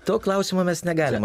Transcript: to klausimo mes negalim